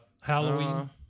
Halloween